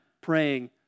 praying